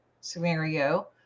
scenario